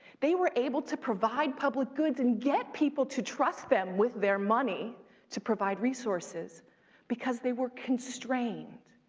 they were able to provide public goods and get people to trust them with their money to provide resources because they were constrained,